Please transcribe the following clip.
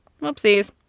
Whoopsies